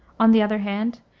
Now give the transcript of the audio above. on the other hand,